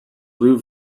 blue